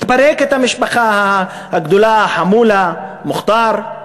מתפרקת המשפחה הגדולה, החמולה, מוכתר,